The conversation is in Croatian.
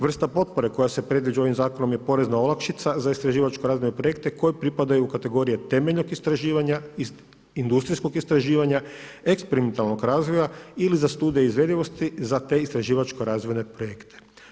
Vrsta potpore koja se predviđa ovim zakonom je porezna olakšica za istraživačko-razvojne projekte koji pripadaju u kategoriju temeljnog istraživanja, industrijskog istraživanja, eksperimentalnog razvoja ili za studije izvedivosti za te istraživačko-razvojne projekte.